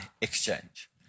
exchange